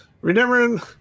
Remember